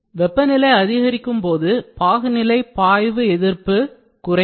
வெப்பநிலை அதிகரிக்கும் போது பாகுநிலை பாய்வின் எதிர்ப்பு குறையும்